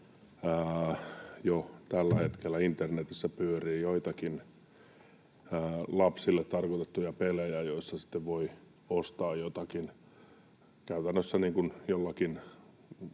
jo tällä hetkellä internetissä pyörii joitakin lapsille tarkoitettuja pelejä, joissa sitten voi ostaa jotakin — minä en